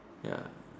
ya